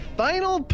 final